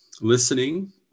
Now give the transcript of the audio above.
listening